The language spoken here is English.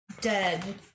dead